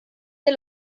der